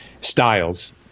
styles